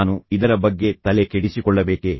ನಾನು ಇದರ ಬಗ್ಗೆ ತಲೆಕೆಡಿಸಿಕೊಳ್ಳಬೇಕೇ